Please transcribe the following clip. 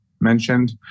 mentioned